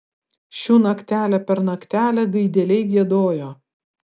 šių naktelę per naktelę gaideliai giedojo